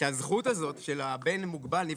שהזכות הזאת של הבן מוגבל נבחר,